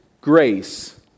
grace